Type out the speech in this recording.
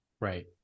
Right